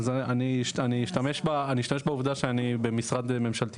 אז אני אשתמש בעובדה שאני במשרד ממשלתי